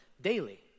Daily